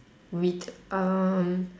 with um